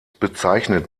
bezeichnet